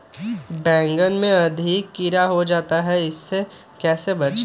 बैंगन में अधिक कीड़ा हो जाता हैं इससे कैसे बचे?